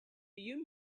you